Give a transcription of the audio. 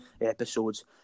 episodes